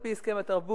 על-פי הסכם התרבות,